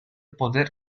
poder